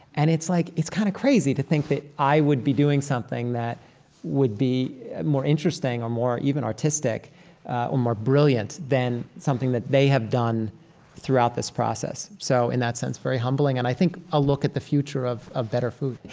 and it's like it's kind of crazy to think that i would be doing something that would be more interesting or more even artistic or more brilliant than something that they have done throughout this process. so, in that sense, very humbling and, i think, a look at the future of ah better food.